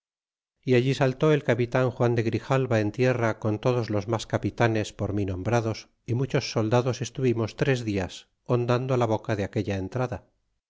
y allí saltó el capitan juan de grijalva en tierra con todos los mas capitanes por mí nombrados y muchos soldados estuvimos tres dias hondando la boca de aquella entrada